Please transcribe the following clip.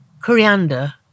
coriander